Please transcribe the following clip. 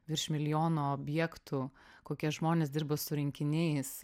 virš milijono objektų kokie žmonės dirba su rinkiniais